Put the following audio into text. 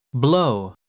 blow